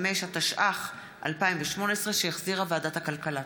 55), התשע"ח 2018, שהחזירה ועדת הכלכלה.